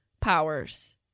powers